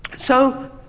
so,